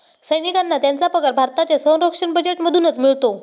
सैनिकांना त्यांचा पगार भारताच्या संरक्षण बजेटमधूनच मिळतो